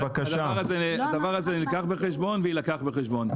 הדבר הזה נלקח בחשבון ויילקח בחשבון.